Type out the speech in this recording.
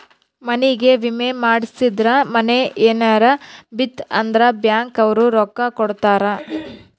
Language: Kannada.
ಮನಿಗೇ ವಿಮೆ ಮಾಡ್ಸಿದ್ರ ಮನೇ ಯೆನರ ಬಿತ್ ಅಂದ್ರ ಬ್ಯಾಂಕ್ ಅವ್ರು ರೊಕ್ಕ ಕೋಡತರಾ